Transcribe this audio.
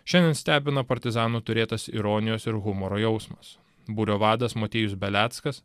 šiandien stebina partizanų turėtas ironijos ir humoro jausmas būrio vadas motiejus beleckas